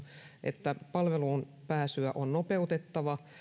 että palveluun pääsyä on nopeutettava